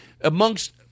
amongst